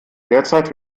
derzeit